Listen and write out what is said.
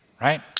Right